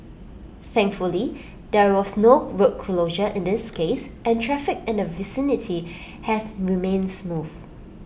thankfully there was no road closure in this case and traffic in the vicinity has remained smooth